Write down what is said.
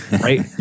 right